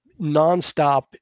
nonstop